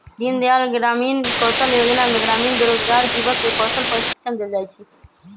दीनदयाल ग्रामीण कौशल जोजना में ग्रामीण बेरोजगार जुबक के कौशल प्रशिक्षण देल जाइ छइ